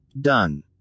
Done